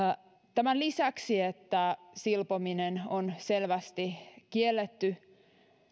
tämän lisäksi että silpominen on selvästi kielletty